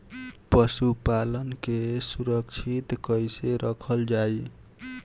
पशुपालन के सुरक्षित कैसे रखल जाई?